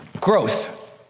Growth